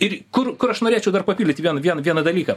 ir kur kur aš norėčiau dar papildyti vien vien vieną dalyką